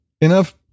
Enough